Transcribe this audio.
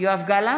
יואב גלנט,